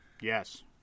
Yes